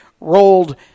rolled